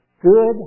Good